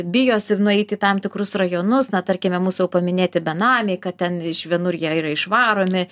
bijosi ir nueiti į tam tikrus rajonus na tarkime mūsų jau paminėti benamiai kad ten iš vienur jie yra išvaromi